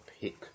pick